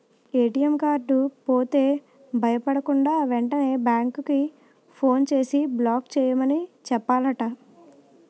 ATM card పోతే భయపడకుండా, వెంటనే బేంకుకి ఫోన్ చేసి బ్లాక్ చేయమని చెప్పాలట